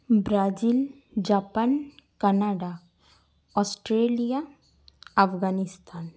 Brazil Japan Canada Australia Afghanistan